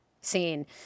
scene